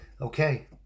Okay